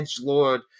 lord